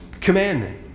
commandment